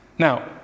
Now